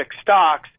stocks